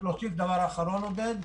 רק להוסיף דבר אחרון, עודד.